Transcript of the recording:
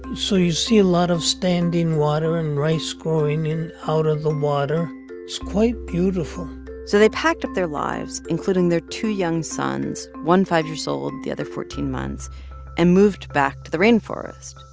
so you see a lot of standing water and rice growing and out of the water. it's quite beautiful so they packed up their lives, including their two young sons one five years old, the other fourteen months and moved back to the rain forest.